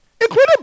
Including